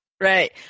right